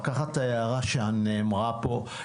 לקחת את ההערה שנאמרה פה,